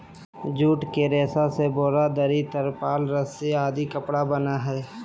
jute के रेशा से बोरा, दरी, तिरपाल, रस्सि और कपड़ा बनय हइ